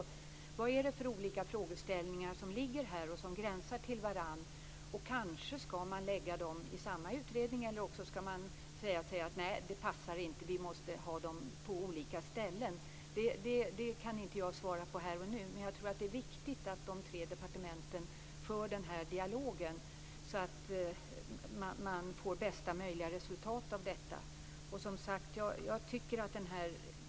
Vad är det för frågeställningar som gränsar till varandra? Kanske skall de läggas i samma utredning, eller också skall de läggas på olika ställen. Jag kan inte svara på det här och nu, men det är viktigt att de tre departementen för dialogen för att få bästa möjliga resultat.